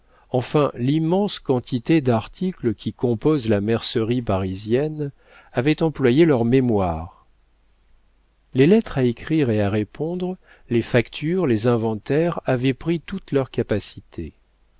enfin l'immense quantité d'articles qui composent la mercerie parisienne avaient employé leur mémoire les lettres à écrire et à répondre les factures les inventaires avaient pris toute leur capacité